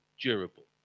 durable